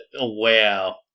Wow